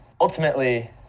ultimately